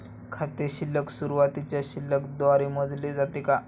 खाते शिल्लक सुरुवातीच्या शिल्लक द्वारे मोजले जाते का?